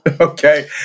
Okay